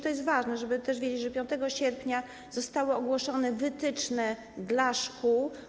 To jest ważne, żeby wiedzieć, że 5 sierpnia zostały ogłoszone wytyczne dla szkół.